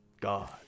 God